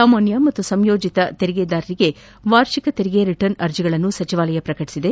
ಸಾಮಾನ್ದ ಹಾಗೂ ಸಂಯೋಜಿತ ತೆರಿಗೆದಾರರಿಗೆ ವಾರ್ಷಿಕ ತೆರಿಗೆ ರಿಟರ್ನ್ ಅರ್ಜಿಗಳನ್ನು ಸಚಿವಾಲಯ ಪ್ರಕಟಿಸಿದೆ